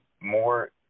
more